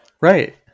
Right